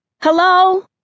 hello